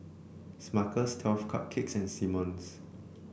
Smuckers Twelve Cupcakes and Simmons